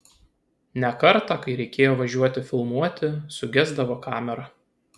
ne kartą kai reikėjo važiuoti filmuoti sugesdavo kamera